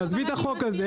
עזבי את החוק הזה.